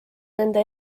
nende